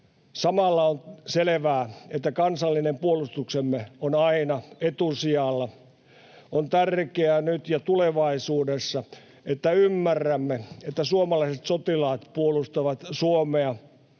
Samalla on selvää, että kansallinen puolustuksemme on aina etusijalla. On tärkeää nyt ja tulevaisuudessa, että ymmärrämme, että suomalaiset sotilaat puolustavat Suomea,